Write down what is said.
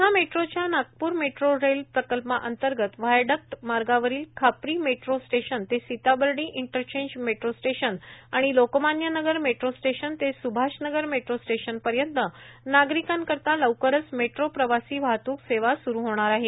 महा मेट्रोच्या Nagpur metro rail प्रकल्पनांतर्गत viaduct मार्गावरील खापरी मेट्रो स्टेशन ते सीताबर्डी इंटरचेन्ज मेट्रो स्टेशन आणि लोकमान्य नगर मेट्रो स्टेशन ते सुभाष नगर मेट्रो स्टेशनपर्यंत नागरिकांकरिता लवकरच मेट्रो प्रवासी वाहतूक सेवा सुरु होणार आहे